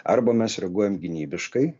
arba mes reaguojam gynybiškai